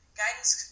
guidance